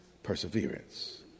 perseverance